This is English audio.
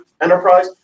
enterprise